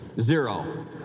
Zero